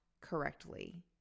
correctly